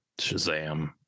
Shazam